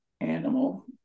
animal